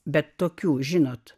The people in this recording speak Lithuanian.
bet tokių žinot